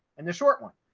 and the short one,